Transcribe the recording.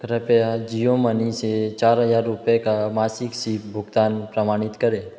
कृपया जियो मनी से चार हज़ार रुपये का मासिक सिप भुगतान प्रमाणित करें